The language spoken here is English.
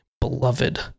beloved